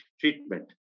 treatment